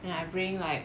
then I bring like